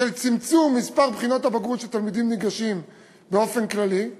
של צמצום מספר בחינות הבגרות שתלמידים ניגשים אליהן באופן כללי.